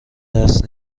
دست